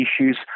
issues